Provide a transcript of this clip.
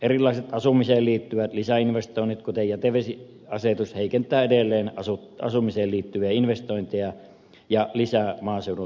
erilaiset asumiseen liittyvät lisäinvestoinnit kuten jätevesiasetuksen vaatimukset heikentävät edelleen asumishalukkuutta ja lisäävät maaseudulta muuttoa